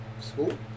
School